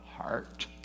heart